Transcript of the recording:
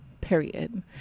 period